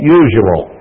usual